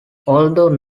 although